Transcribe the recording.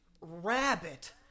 rabbit